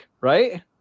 right